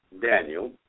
Daniel